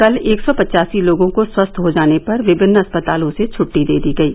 कल एक सौ पच्चासी लोगों को स्वस्थ हो जाने पर विभिन्न अस्पतालों से छट्टी दे दी गयी